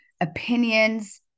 opinions